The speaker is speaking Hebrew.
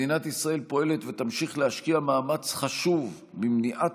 מדינת ישראל פועלת ותמשיך להשקיע מאמץ חשוב במניעת